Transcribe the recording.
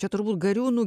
čia turbūt gariūnų